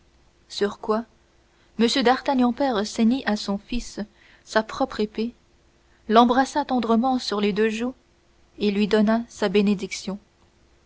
sur quoi m d'artagnan père ceignit à son fils sa propre épée l'embrassa tendrement sur les deux joues et lui donna sa bénédiction